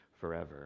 forever